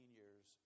years